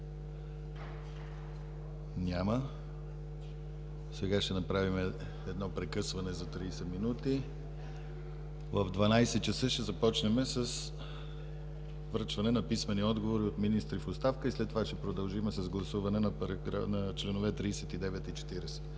Няма. Сега ще направим едно прекъсване за 30 минути. В 12,00 ч. ще започнем с връчване на писмени отговори от министри в оставка и след това ще продължим с гласуване на членове 39 и 40.